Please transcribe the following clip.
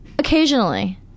Occasionally